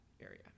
area